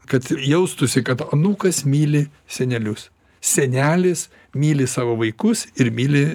kad jaustųsi kad anūkas myli senelius senelis myli savo vaikus ir myli